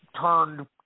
turned